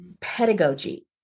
pedagogy